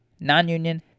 nonunion